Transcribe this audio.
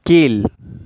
கீழ்